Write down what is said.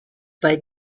bei